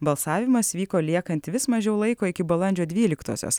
balsavimas vyko liekant vis mažiau laiko iki balandžio dvyliktosios